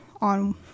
on